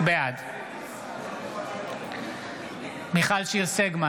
בעד מיכל שיר סגמן,